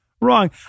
wrong